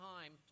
time